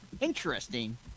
Interesting